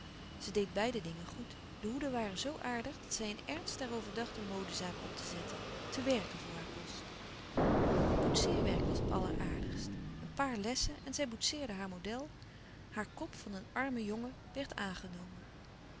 ze deed beide dingen goed de hoeden waren zoo aardig dat zij in ernst er over dacht een modezaak op te zetten te werken voor haar kost ook het boetseerwerk was alleraardigst een paar lessen en zij boetseerde naar model haar kop van een armen jongen werd aangenomen